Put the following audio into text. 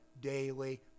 daily